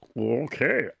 Okay